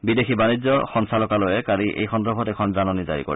বিদেশী বাণিজ্য সঞ্চালকালয়ে কালি এই সন্দৰ্ভত এখন জাননী জাৰি কৰে